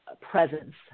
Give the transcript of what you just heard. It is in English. presence